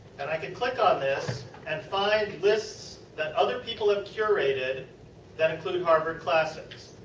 and i can click on this and find lists that other people have curated that include harvard classics.